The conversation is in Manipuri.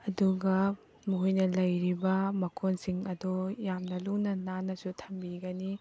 ꯑꯗꯨꯒ ꯃꯈꯣꯏꯅ ꯂꯩꯔꯤꯕ ꯃꯀꯣꯟꯁꯤꯡ ꯑꯗꯨ ꯌꯥꯝꯅ ꯂꯨꯅꯥ ꯅꯥꯟꯅꯁꯨ ꯊꯝꯕꯤꯒꯅꯤ